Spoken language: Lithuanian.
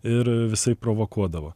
ir visaip provokuodavo